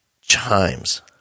chimes